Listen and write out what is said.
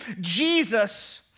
Jesus